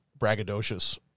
braggadocious